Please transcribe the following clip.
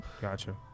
Gotcha